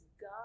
God